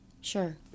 Sure